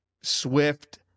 Swift